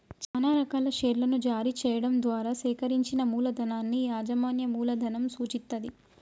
చానా రకాల షేర్లను జారీ చెయ్యడం ద్వారా సేకరించిన మూలధనాన్ని యాజమాన్య మూలధనం సూచిత్తది